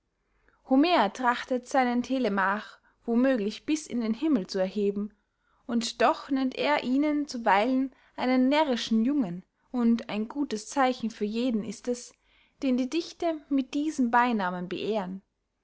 homer trachtet seinen telemach wo möglich bis in den himmel zu erheben und doch nennt er ihnen zuweilen einen närrischen jungen und ein gutes zeichen für jeden ist es den die dichter mit diesem beynamen beehren